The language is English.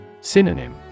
Synonym